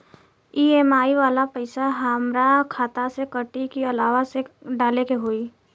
EMI वाला पैसा हाम्रा खाता से कटी की अलावा से डाले के होई?